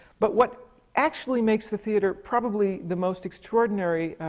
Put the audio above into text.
but what actually makes the theatre probably the most extraordinary